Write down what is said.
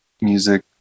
music